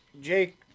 Jake